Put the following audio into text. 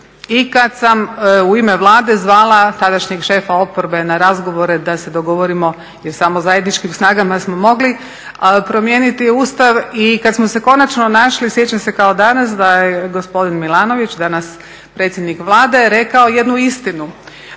I kada sam u ime vlade zvala tadašnjeg šefa oporbe na razgovore da se dogovorimo jer samo zajedničkim snagama smo mogli promijeniti Ustav i kada smo se konačno našli sjećam se kao danas da je gospodin Milanović, danas predsjednik Vlade, rekao jednu istinu,